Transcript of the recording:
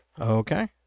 Okay